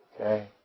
okay